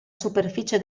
superficie